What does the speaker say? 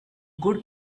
good